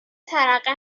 ترقه